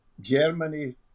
Germany